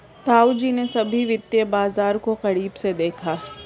ताऊजी ने सभी वित्तीय बाजार को करीब से देखा है